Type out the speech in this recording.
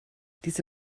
diese